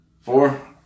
Four